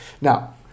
Now